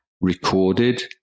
recorded